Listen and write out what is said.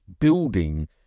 building